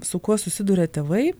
su kuo susiduria tėvai